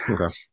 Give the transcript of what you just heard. Okay